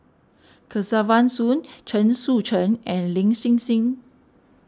Kesavan Soon Chen Sucheng and Lin Hsin Hsin